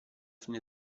fine